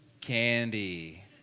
Candy